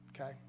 Okay